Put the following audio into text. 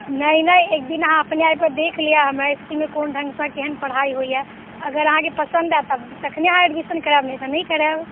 नहि नहि एक दिन अहाँ अपने आबि कऽ देख लिअ हमरा इसकुलमे कोन ढंग सँ केहन पढ़ाइ होइया अगर अहाँके पसन्द होयत तखने अहाँ एडमिसन करायब नहि तऽ नहि करायब